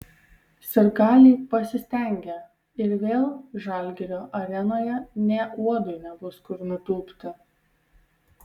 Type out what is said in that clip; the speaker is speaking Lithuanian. sirgaliai pasistengė ir vėl žalgirio arenoje nė uodui nebus kur nutūpti